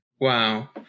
Wow